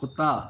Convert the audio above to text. ਕੁੱਤਾ